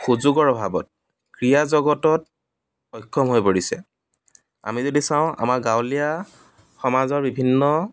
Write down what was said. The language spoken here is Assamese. সুযোগৰ অভাৱত ক্ৰীয়া জগতত অক্ষম হৈ পৰিছে আমি যদি চাওঁ আমাৰ গাঁৱলীয়া সমাজৰ বিভিন্ন